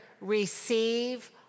receive